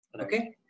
Okay